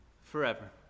forever